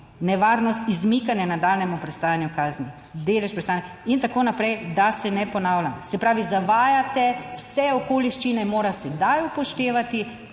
nevarnost izmikanja nadaljnjemu prestajanju kazni, delež prestanka in tako naprej, da se ne ponavljam. Se pravi zavajate vse okoliščine mora sedaj upoštevati.